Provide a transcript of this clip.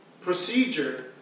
procedure